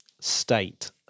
state